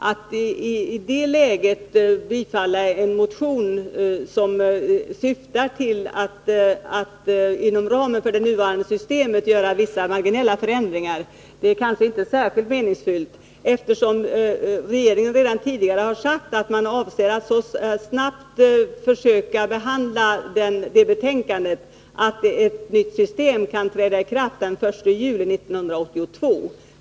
Att i det läget bifalla en motion som syftar till att inom ramen för det nuvarande systemet göra vissa marginella förändringar är kanske inte särskilt meningsfullt, eftersom regeringen tidigare har sagt att vi avser att försöka behandla betänkandet så snabbt att ett nytt system kan träda i kraft den 1 juli 1982.